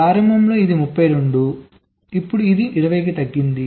ప్రారంభంలో ఇది 32 ఇప్పుడు అది 20 కి తగ్గింది